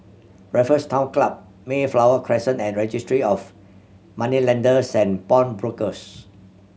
Raffles Town Club Mayflower Crescent and Registry of Moneylenders and Pawnbrokers